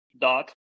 Dot